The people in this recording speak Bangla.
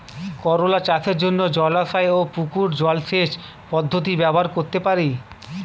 করোলা চাষের জন্য জলাশয় ও পুকুর জলসেচ পদ্ধতি ব্যবহার করতে পারি?